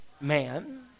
man